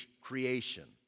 creation